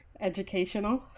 educational